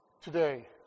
today